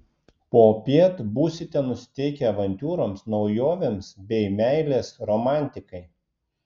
popiet būsite nusiteikę avantiūroms naujovėms bei meilės romantikai